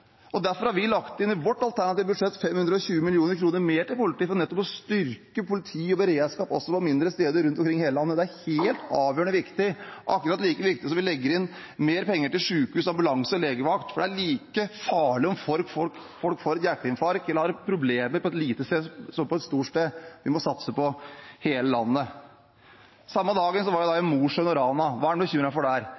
er. Derfor har vi lagt inn i vårt alternative budsjett 520 mill. kr mer til politiet for nettopp å styrke politi og beredskap også på mindre steder rundt omkring i hele landet. Det er helt avgjørende viktig og akkurat like viktig som at vi legger inn mer penger til sykehus, ambulanse og legevakt. For det er like farlig om folk får et hjerteinfarkt eller har problemer på et lite sted, som på et stort sted. Vi må satse på hele landet. Den samme dagen var jeg i